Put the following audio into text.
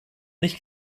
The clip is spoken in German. nicht